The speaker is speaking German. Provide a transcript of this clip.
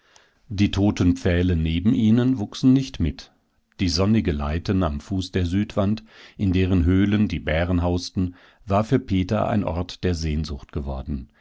die toten pfähle neben ihnen wuchsen nicht mit die sonnige leiten am fuß der südwand in deren höhlen die bären hausten war für peter ein ort der sehnsucht geworden